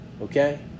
okay